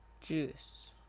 juice